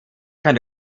kann